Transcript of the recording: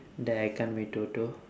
that I can't win toto